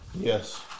Yes